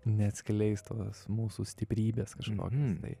neatskleistos mūsų stiprybės kažkokios tai